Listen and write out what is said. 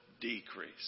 decrease